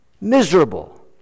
Miserable